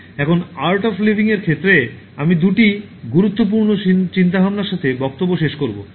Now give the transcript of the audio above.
এখন art of লিভিংয়ের ক্ষেত্রে আমি দুটি গুরুত্বপূর্ণ চিন্তাভাবনার সাথে বক্তব্য শেষ করবো